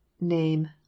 Name